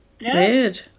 weird